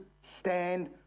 stand